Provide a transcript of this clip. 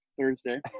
thursday